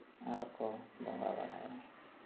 ᱟᱨ ᱠᱚ ᱵᱚᱸᱜᱟ ᱵᱟᱲᱟᱭᱟ